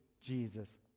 Jesus